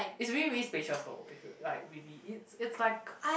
it's really really spacious though like really it's like